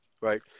Right